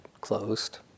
closed